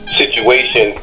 situation